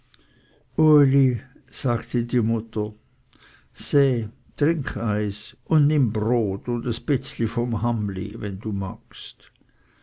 uli sagte die mutter seh trink eis und nimm brot und es bitzli vom hammli wennd magst